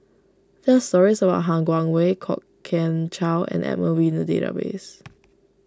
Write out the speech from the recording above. there are stories about Han Guangwei Kwok Kian Chow and Edmund Wee in the database